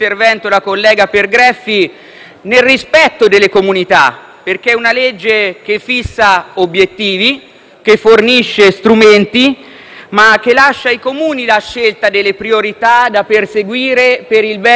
nel rispetto delle comunità, perché è una legge che fissa obiettivi e fornisce strumenti, lasciando ai Comuni la scelta delle priorità da perseguire per il bene dei propri cittadini.